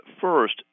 First